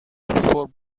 for